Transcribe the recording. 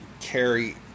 carry